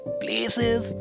places